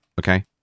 Okay